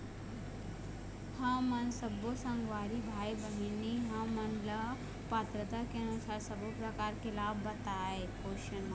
हमन सब्बो संगवारी भाई बहिनी हमन ला पात्रता के अनुसार सब्बो प्रकार के लाभ बताए?